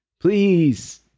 Please